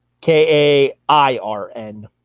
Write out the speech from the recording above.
K-A-I-R-N